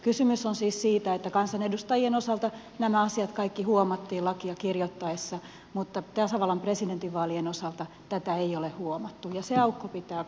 kysymys on siis siitä että kansanedustajien osalta nämä kaikki asiat huomattiin lakia kirjoitettaessa mutta tasavallan presidentin vaalien osalta tätä ei ole huomattu ja se aukko pitää korjata